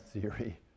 theory